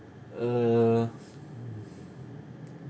uh